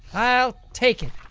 i'll take it.